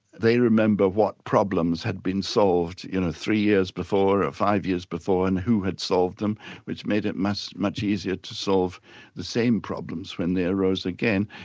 they remember what problems had been solved in the three years before, or five years before and who had solved them which made it much much easier to solve the same problems when they arose again.